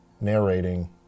narrating